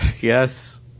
yes